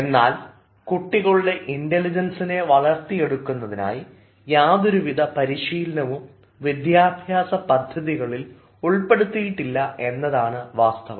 എന്നാൽ കുട്ടികളുടെ ഇമോഷണൽ ഇൻറലിജൻസിനെ വളർത്തിയെടുക്കുന്നതിനതിയി യാതൊരുവിധ പരിശീലനവും വിദ്യാഭ്യാസ പദ്ധതികളിൽ ഉൾപ്പെടുത്തിയിട്ടില്ല എന്നതാണ് വാസ്തവം